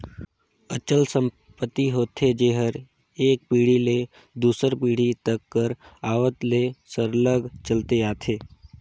अचल संपत्ति होथे जेहर एक पीढ़ी ले दूसर पीढ़ी तक कर आवत ले सरलग चलते आथे